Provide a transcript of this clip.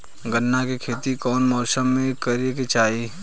गन्ना के खेती कौना मौसम में करेके चाही?